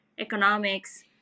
economics